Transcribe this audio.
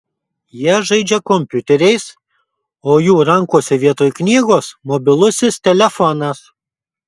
jie žaidžia kompiuteriais o jų rankose vietoj knygos mobilusis telefonas